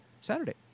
Saturday